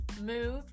move